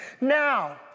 Now